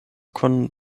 kun